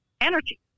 energy